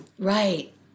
Right